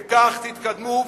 וכך תתקדמו,